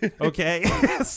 okay